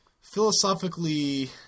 philosophically